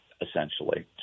essentially